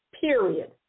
period